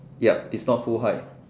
yup it's not full height